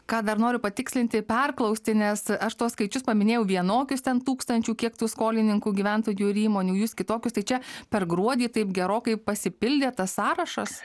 ką dar noriu patikslinti perklausti nes aš tuos skaičius paminėjau vienokius ten tūkstančių kiek tų skolininkų gyventojų ir įmonių jūs kitokius tai čia per gruodį taip gerokai pasipildė tas sąrašas